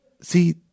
See